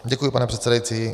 Děkuji, pane předsedající.